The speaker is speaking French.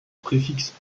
préfixe